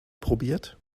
probiert